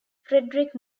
frederic